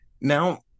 Now